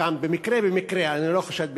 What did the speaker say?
שחלקם במקרה, במקרה, אני לא חושד בכשרים,